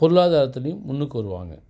பொருளாதாரத்துலேயும் முன்னுக்கு வருவாங்க